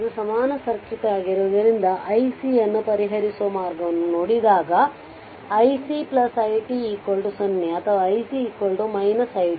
ಇದು ಸಮಾನ ಸರ್ಕ್ಯೂಟ್ ಆಗಿದುವುದರಿಂದ iC ಅನ್ನು ಪರಿಹರಿಸುವ ಮಾರ್ಗವನ್ನುನೋಡಿದಾಗ iC i t 0 ಅಥವಾ iC i t